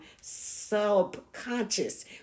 subconscious